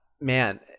Man